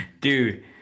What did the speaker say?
dude